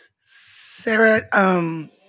Sarah